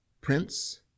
Prince